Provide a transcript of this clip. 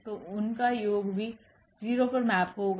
तो उनका योग भी 0 पर मैप होगा